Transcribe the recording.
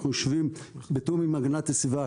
אנחנו יושבים בתיאום עם הגנת הסביבה,